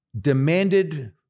demanded